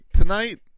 Tonight